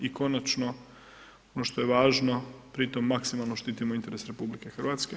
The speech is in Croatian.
I konačno ono što je važno pri tome maksimalno štitimo interes RH.